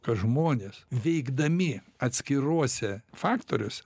kad žmonės veikdami atskiruose faktoriuose